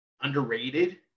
Underrated